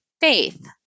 faith